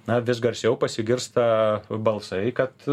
na vis garsiau pasigirsta balsai kad